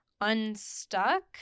Unstuck